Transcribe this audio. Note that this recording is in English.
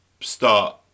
start